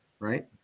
right